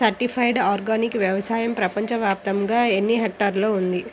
Certified organic వ్యవసాయం ప్రపంచ వ్యాప్తముగా ఎన్నిహెక్టర్లలో ఉంది?